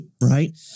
right